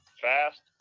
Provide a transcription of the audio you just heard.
fast